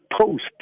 post